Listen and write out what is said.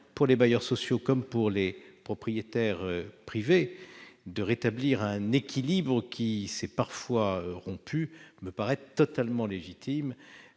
pour les bailleurs sociaux, comme pour les propriétaires privés, de rétablir un équilibre qui s'est parfois rompu me paraît totalement légitime.